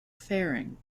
fairing